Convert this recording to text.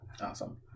Awesome